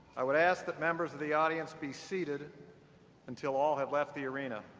i would ask that members of the audience be seated until all have left the arena.